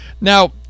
Now